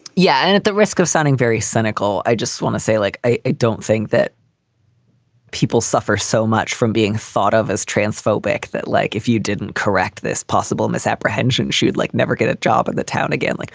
yeah and at the risk of sounding very cynical, i just want to say, like, i don't think that people suffer so much from being thought of as transphobic. that like if you didn't correct this possible misapprehension, she would like never get a job in that town again. like